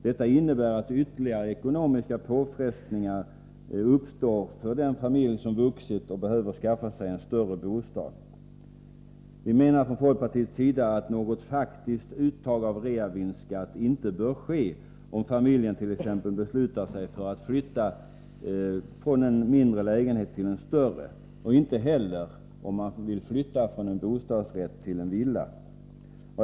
Detta innebär att ytterligare ekonomiska påfrestningar uppstår för den familj som vuxit och behöver skaffa sig en större bostad. Vi menar från folkpartiets sida att något faktiskt uttag av reavinstskatt inte bör ske, om en familjt.ex. beslutar sig för att flytta från en mindre lägenhet till en större och inte heller om en familj vill flytta från en bostadsrätt till en villa.